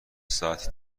ساعتی